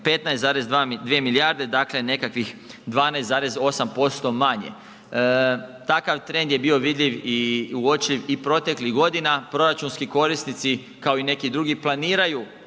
15,2 milijarde, dakle nekakvih 12,8% manje. Takav trend je bio vidljiv i uočljiv i proteklih godina. Proračunski korisnici kao i neki drugi planiraju